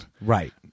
Right